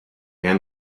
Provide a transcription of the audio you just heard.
and